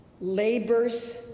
labors